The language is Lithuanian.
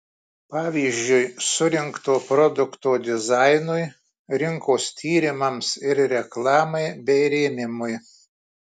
pavyzdžiui surinkto produkto dizainui rinkos tyrimams ir reklamai bei rėmimui